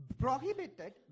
prohibited